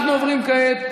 צודקת.